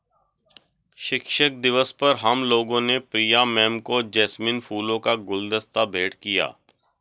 शिक्षक दिवस पर हम लोगों ने प्रिया मैम को जैस्मिन फूलों का गुलदस्ता भेंट किया